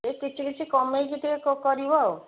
କିଛି କିଛି କମାଇକି ଟିକେ କରିବ ଆଉ